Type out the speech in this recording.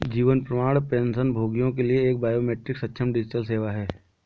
जीवन प्रमाण पेंशनभोगियों के लिए एक बायोमेट्रिक सक्षम डिजिटल सेवा है